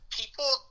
people